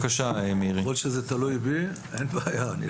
ככל שזה תלוי בי, אין בעיה.